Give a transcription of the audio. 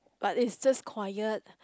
but it's just quiet